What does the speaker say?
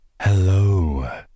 Hello